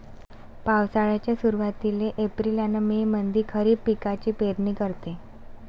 पावसाळ्याच्या सुरुवातीले एप्रिल अन मे मंधी खरीप पिकाची पेरनी करते